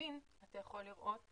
ימין אתה יכול לראות,